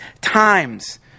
times